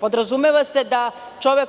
Podrazumeva se da čovek